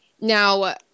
Now